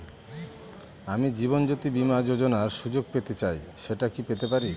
আমি জীবনয্যোতি বীমা যোযোনার সুযোগ পেতে চাই সেটা কি পেতে পারি?